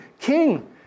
King